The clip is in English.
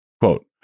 Quote